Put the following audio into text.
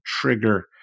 trigger